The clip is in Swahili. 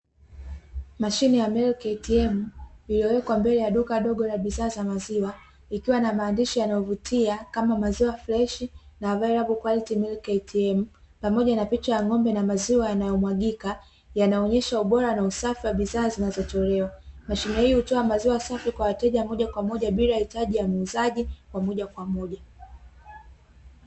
Mashine ya ''milk atm'' iliyowekwa mbele ya duka dogo la bidhaa za maziwa, ikiwa na maandishi yanayovutia kama ''maziwa freshi'' na ''available quality milk atm'', pamoja na picha ya ng;ombe na maziwa yanayomwagika, yanonyesha ubora na usafi wa bidhaa zinazotolewa. Mashine hii hutoa maziwa safi kwa wateja wa moja kwa moja, bila hitaji ya muuzaji wa moja kwa moja.